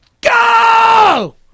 Go